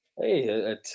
Hey